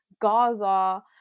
gaza